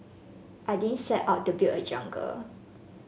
I didn't set out to build a jungle